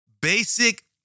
Basic